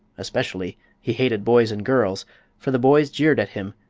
especially he hated boys and girls for the boys jeered at him,